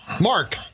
Mark